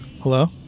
Hello